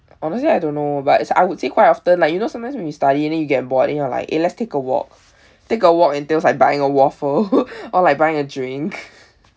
honestly I don't know but I would say quite often like you know sometimes when you study and then you get bored and you're like eh let's take a walk take a walk entails like buying a waffle or like buying a drink